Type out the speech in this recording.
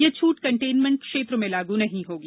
यह छूट कंटेनमेंट क्षेत्र में लागू नहीं होगी